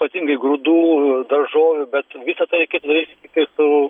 ypatingai grūdų daržovių bet visa tai reikėtų daryti tiktai su